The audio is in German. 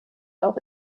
auch